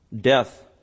death